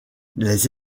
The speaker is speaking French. les